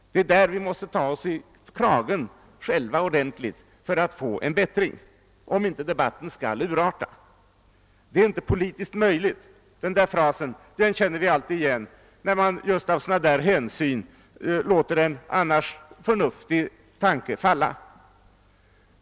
Det är där vi själva måste ta oss i kragen ordentligt för att få till stånd en bättring, om inte debatten skall urarta. Det är inte politiskt möjligt — den frasen känner vi igen, när man just av sådana hänsyn låter en annars förnuftig tanke falla.